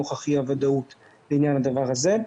נוכח אי הוודאות בעניין הדבר הזה.